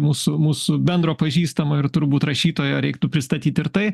mūsų mūsų bendro pažįstamo ir turbūt rašytojo reiktų pristatyt ir tai